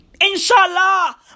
Inshallah